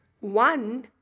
one